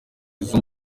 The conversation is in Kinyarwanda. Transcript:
izo